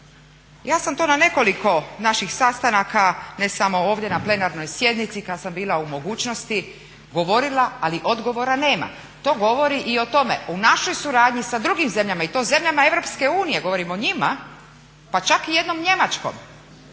ja sam to na nekoliko naših sastanaka ne samo ovdje na plenarnoj sjednici kad sam bila u mogućnosti govorila ali odgovora nema. To govori i o tome, u našoj suradnji sa drugim zemljama, i to zemljama EU, govorim o njima, pa čak i jednom Njemačkom.